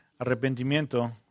arrepentimiento